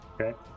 Okay